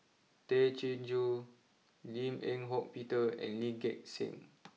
Tay Chin Joo Lim Eng Hock Peter and Lee Gek Seng